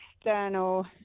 external